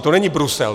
To není Brusel.